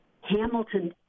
Hamilton